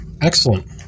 Excellent